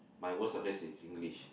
my worst subject is Singlish